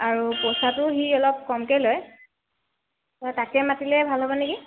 আৰু পইচাটো সি অলপ কমকৈ লয় ত' তাকে মাতিলে ভাল হ'ব নেকি